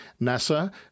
NASA